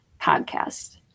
podcast